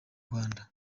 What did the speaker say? rwanda